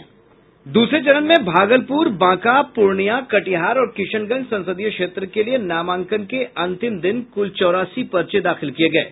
दूसरे चरण में भागलपुर बांका पूर्णिया कटिहार और किशनगंज संसदीय क्षेत्र के लिए नामांकन के अंतिम दिन कुल चौरासी पर्चे दाखिल किये गये